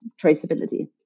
traceability